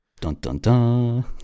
Dun-dun-dun